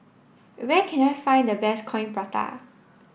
where can I find the best coin Prata